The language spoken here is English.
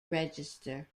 register